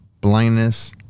blindness